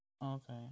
Okay